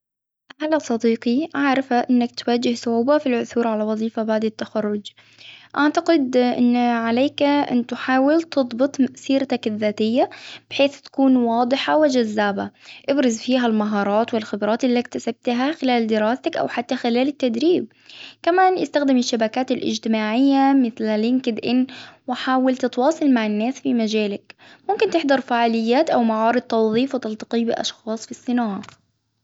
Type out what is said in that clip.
هلا صديقي عارفة إنك تواجه صعوبة في العثور على وظيفة بعد التخرج، أعتقد إن عليك أن تحاول تضبط سيرتك الذاتية بحيث تكون واضحة وجذابة، أبرز فيها المهارات والخبرات اللي اكتسبتها خلال دراستك أو حتى خلال التدريب، كمان إستخدم الإجتماعية مثل لينكد إن وحاول تتواصل مع الناس في مجالك، ممكن تحضر فعاليات أو معارض توظيف وتلتقيه بأشخاص في الصناعة.